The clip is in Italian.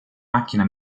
macchina